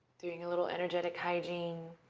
doing a little energetic hygiene,